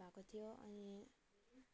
भएको थियो अनि